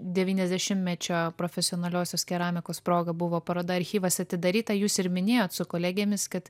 devyniasdešimtmečio profesionaliosios keramikos proga buvo paroda archyvas atidaryta jūs ir minėjot su kolegėmis kad